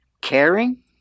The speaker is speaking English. caring